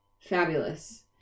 fabulous